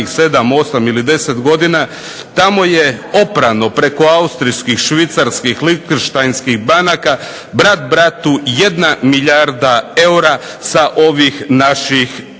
osam ili deset godina, tamo je oprano preko austrijskih, švicarskih, lihtenštajnskih banaka brat bratu 1 milijarda eura sa ovih naših